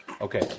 Okay